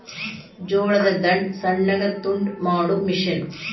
ಜೋಳದ ದಂಟ ಸಣ್ಣಗ ತುಂಡ ಮಾಡು ಮಿಷನ್